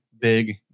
big